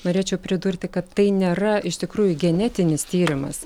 norėčiau pridurti kad tai nėra iš tikrųjų genetinis tyrimas